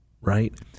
right